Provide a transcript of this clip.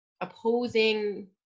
opposing